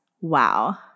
Wow